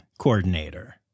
coordinator